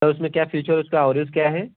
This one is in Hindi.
सर उसमें क्या फ्यूचर उसका अवरेज क्या है